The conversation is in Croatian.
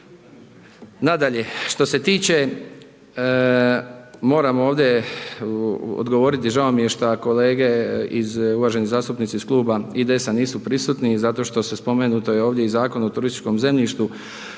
Nadalje, što se tiče moram ovdje odgovoriti i žao mi je šta kolege i uvaženi zastupnici iz kluba IDS-a nisu prisutni, zato što je spomenuto je ovdje i Zakon o turističkom zemljištu